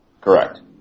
Correct